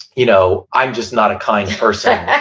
you know, i'm just not a kind person,